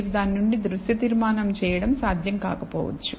మీరు దాని నుండి దృశ్య తీర్మానం చేయడం సాధ్యం కాకపోవచ్చు